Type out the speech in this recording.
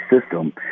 system